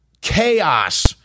chaos